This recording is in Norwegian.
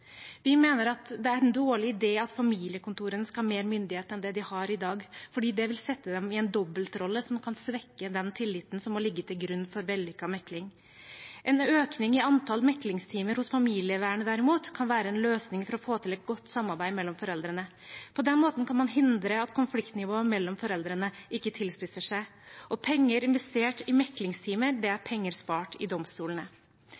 Vi mener at det er en dårlig idé at familiekontorene skal ha mer myndighet enn det de har i dag, fordi det vil sette dem i en dobbeltrolle som kan svekke den tilliten som må ligge til grunn for vellykket mekling. En økning i antall meklingstimer hos familievernet kan derimot være en løsning for å få til et godt samarbeid mellom foreldrene. På den måten kan man hindre at konfliktnivået mellom foreldrene ikke tilspisser seg, og penger investert i meklingstimer er penger spart i domstolene. Det